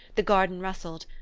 the garden rustled,